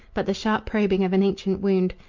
but the sharp probing of an ancient wound.